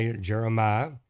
Jeremiah